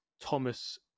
thomas